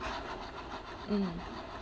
mm